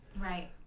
right